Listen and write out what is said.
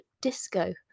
disco